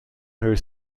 her